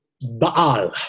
Baal